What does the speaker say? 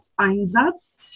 Einsatz